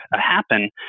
happen